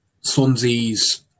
Swansea's